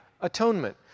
atonement